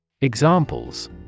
Examples